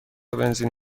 بنزین